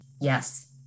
Yes